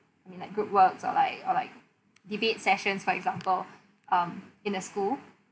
mean like group works or like or like debate sessions for example um in a school